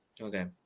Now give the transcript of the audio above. Okay